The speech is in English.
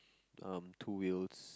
um two wheels